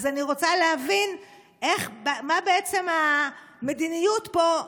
אז אני רוצה להבין: מה בעצם המדיניות פה?